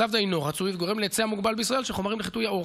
מצב זה אינו רצוי וגורם להיצע מוגבל בישראל של חומרים לחיטוי העור.